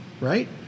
right